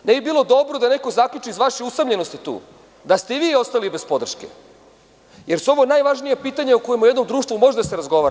Ne bi bilo dobro da neko zaključi iz vaše usamljenosti tu da ste i vi ostali bez podrške, jer su ovo najvažnija pitanja o kojima u jednom društvu može da se razgovara.